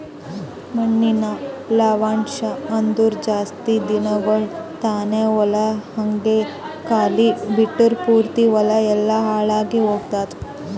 ಮಣ್ಣಿನ ಲವಣಾಂಶ ಅಂದುರ್ ಜಾಸ್ತಿ ದಿನಗೊಳ್ ತಾನ ಹೊಲ ಹಂಗೆ ಖಾಲಿ ಬಿಟ್ಟುರ್ ಪೂರ್ತಿ ಹೊಲ ಎಲ್ಲಾ ಹಾಳಾಗಿ ಹೊತ್ತುದ್